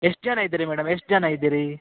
ಎಷ್ಟು ಜನ ಇದ್ದೀರಿ ಮೇಡಮ್ ಎಷ್ಟು ಜನ ಇದ್ದೀರಿ